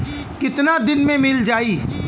कितना दिन में मील जाई?